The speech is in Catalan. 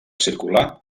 circular